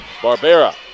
Barbera